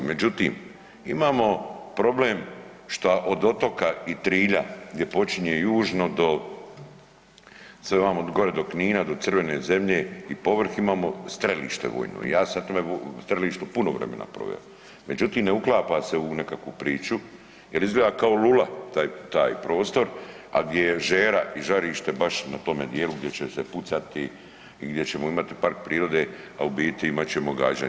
Međutim, imamo problem šta od Otoka i Trilja gdje počinje južno do sve vamo gore do Knina, do crvene zemlje i povrh imamo strelište vojno i ja sam na tome strelištu puno vremena proveo, međutim ne uklapa se u nekakvu priču jer izgleda kao lula taj, taj prostor, a gdje je žera i žarište baš na tome dijelu gdje će se pucati i gdje ćemo imati park prirode, a u biti imat ćemo gađanje.